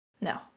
No